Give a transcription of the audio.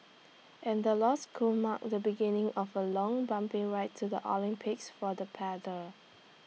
and the loss could mark the beginning of A long bumpy ride to the Olympics for the paddlers